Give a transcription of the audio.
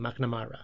McNamara